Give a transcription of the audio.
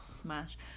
Smash